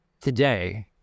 Today